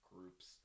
groups